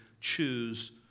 choose